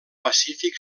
pacífic